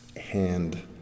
hand